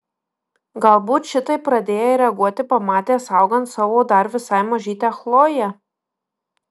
galbūt šitaip pradėjai reaguoti pamatęs augant savo dar visai mažytę chloję